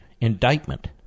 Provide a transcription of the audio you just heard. indictment